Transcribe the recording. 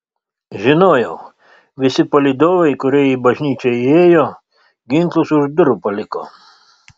žinojau visi palydovai kurie į bažnyčią įėjo ginklus už durų paliko